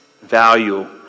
value